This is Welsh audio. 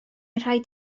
rhaid